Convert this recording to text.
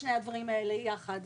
שני הדברים האלה לא יכולים להיות יחד,